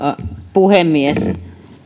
puhemies